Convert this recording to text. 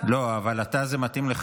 אבל אתה, אבל זה מתאים לך.